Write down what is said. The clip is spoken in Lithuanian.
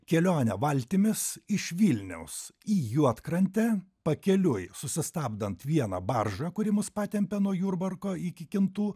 kelionė valtimis iš vilniaus į juodkrantę pakeliui susistabdant vieną baržą kuri mus patempią nuo jurbarko iki kintų